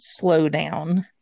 slowdown